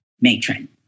matron